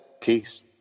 peace